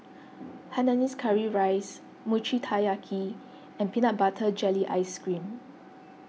Hainanese Curry Rice Mochi Taiyaki and Peanut Butter Jelly Ice Cream